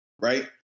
right